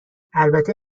البته